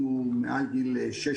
אם הוא גם מעל גיל 6,